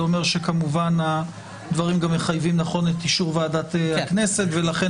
זה אומר שכמובן הדברים גם מחייבים את אישור ועדת הכנסת ולכן